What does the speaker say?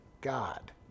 God